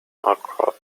outcrop